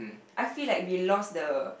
I feel like we lost the